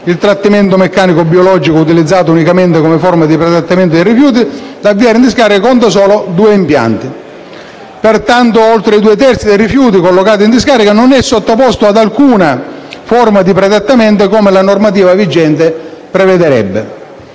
Il trattamento meccanico biologico utilizzato unicamente come forma di pretrattamento dei rifiuti da avviare in discarica conta solo due impianti. Pertanto, oltre i due terzi dei rifiuti collocati in discarica non è sottoposto ad alcuna forma di pretrattamento come la normativa vigente, specie